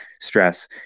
stress